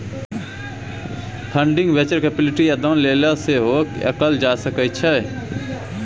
funding venture capital या दान लेल सेहो कएल जा सकै छै